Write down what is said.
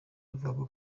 avuga